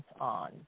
on